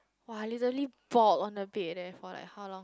!wah! I literally bawled on the bed leh for like how long